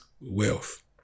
wealth